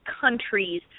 countries